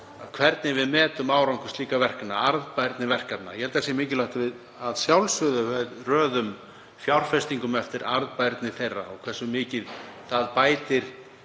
hvernig við metum árangur slíkra verkefna, arðbærni verkefna. Ég held að mikilvægt sé, að sjálfsögðu, að við röðum fjárfestingum eftir arðbærni þeirra og hversu mikið það bætir